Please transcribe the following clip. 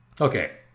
Okay